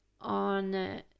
on